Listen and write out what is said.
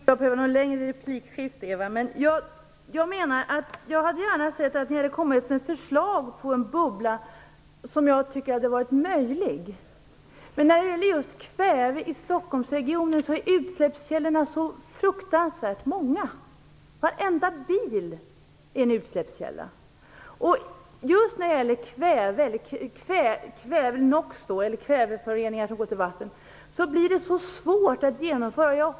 Fru talman! Jag tror inte att Eva Eriksson och jag behöver något längre replikskifte. Jag hade gärna sett att ni hade kommit med ett förslag till en bubbla som jag tycker hade varit möjlig. Men när det gäller just kväve i Stockholmsregionen är utsläppskällorna så fruktansvärt många. Varenda bil är en utsläppskälla. Just när det gäller NOx eller kväveföroreningar som går till vatten blir det så svårt att genomföra.